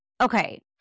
okay